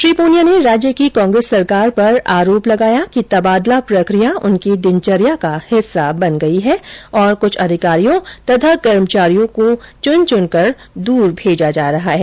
श्री पूनिया ने राज्य की कांग्रेस सरकार पर आरोप लगाया कि तबादला प्रकिया उनकी दिनचर्या का हिस्सा बन गई है और कुछ अधिकारियों और कर्मचारियों को चुन चुनकर दूर भेजा जा रहा है